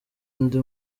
undi